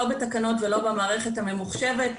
לא בתקנות ולא במערכת הממוחשבת,